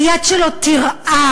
היד שלו תרעד.